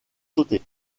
sauter